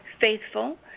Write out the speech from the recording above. faithful